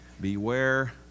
Beware